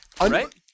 right